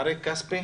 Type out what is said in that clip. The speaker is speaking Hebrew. אריק כספי?